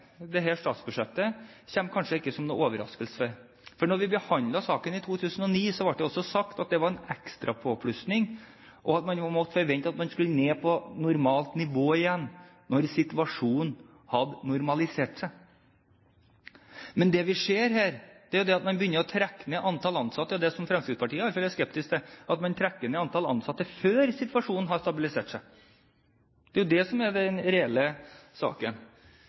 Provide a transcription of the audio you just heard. statsbudsjettet, kommer kanskje ikke som noen overraskelse, for da vi behandlet saken i 2009, ble det også sagt at dette var en ekstra påplussing, og at man måtte forvente at man skulle ned på normalt nivå igjen når situasjonen hadde normalisert seg. Men det vi ser her, er at man begynner å trekke ned antall ansatte. Det Fremskrittspartiet i alle fall er skeptisk til, er at man trekker ned antall ansatte før situasjonen har stabilisert seg. Det er jo det som er den reelle saken.